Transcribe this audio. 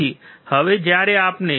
તેથી હવે જ્યારે આપણે 1